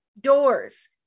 doors